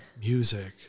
Music